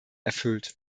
erfüllt